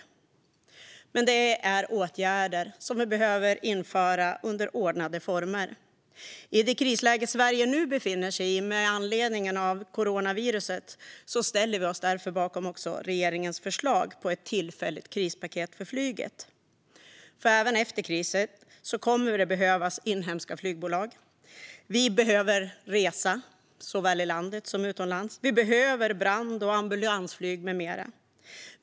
Men detta är åtgärder som vi behöver införa under ordnade former. I det krisläge som Sverige nu befinner sig i med anledning av coronaviruset ställer vi oss därför bakom regeringens förslag på ett tillfälligt krispaket för flyget. Även efter krisen kommer det ju att behövas inhemska flygbolag. Vi behöver resa såväl i landet som utomlands. Vi behöver brand och ambulansflyg med mera.